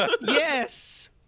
Yes